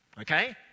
okay